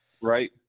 right